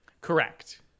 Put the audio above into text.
Correct